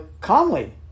calmly